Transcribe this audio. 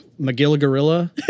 McGillagorilla